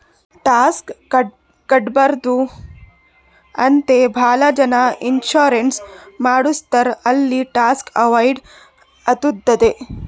tax ಕಟ್ಬಾರ್ದು ಅಂತೆ ಭಾಳ ಜನ ಇನ್ಸೂರೆನ್ಸ್ ಮಾಡುಸ್ತಾರ್ ಅಲ್ಲಿ ಟ್ಯಾಕ್ಸ್ ಅವೈಡ್ ಆತ್ತುದ್